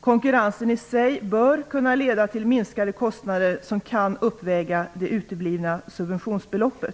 Konkurrensen i sig bör kunna leda till minskade kostnader som kan uppväga det uteblivna subventionsbeloppet.